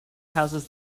houses